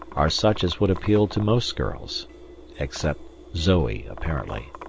are such as would appeal to most girls except zoe, apparently!